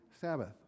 Sabbath